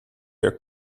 der